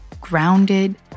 grounded